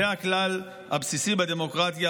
זה הכלל הבסיסי בדמוקרטיה,